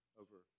over